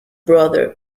brother